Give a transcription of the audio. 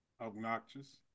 Obnoxious